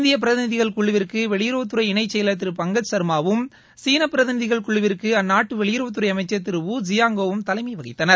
இந்திய பிரதிநிதிகள் குழுவிற்கு வெளியுறவுத்துறை இணைச் செயலர் திரு பங்கஜ் சர்மாவும் சீன பிரதிநிதிகள் குழுவிற்கு அந்நாட்டு வெளியுறவுத்துறை அமைச்சர் திரு வு ஜியாங்கோ வும் தலைமை வகித்தனர்